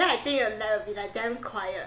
then I think it will be like damn quiet